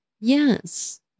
Yes